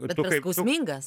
bet skausmingas